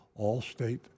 Allstate